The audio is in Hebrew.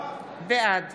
בעד